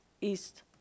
east